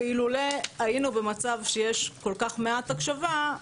ואילולא היינו במצב שיש בו כל כך מעט הקשבה,